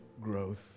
growth